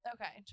Okay